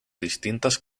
distintas